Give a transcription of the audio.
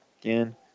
Again